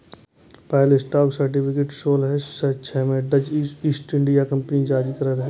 पहिल stock certificate सोलह सय छह मे डच ईस्ट इंडिया कंपनी जारी करने रहै